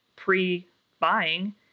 pre-buying